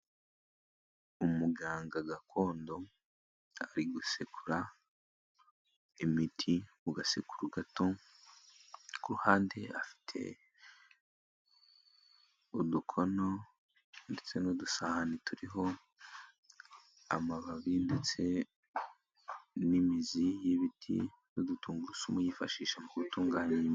Umuganga gakondo ari gusekura imiti mu gasekuru gato, ku ruhande afite udukono ndetse n'udusahane turiho amababi ndetse n'imizi y'ibiti n'udutungurusumu yifashisha mu gutunganya.